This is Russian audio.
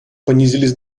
понизились